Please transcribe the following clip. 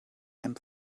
and